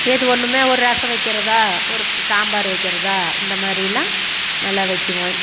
எது ஒன்றுமே ஒரு ரசம் வைக்கிறதா ஒரு சாம்பார் வைக்கிறதா இந்த மாதிரிலாம் நல்லா வைக்கிவோம்